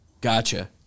Gotcha